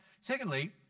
Secondly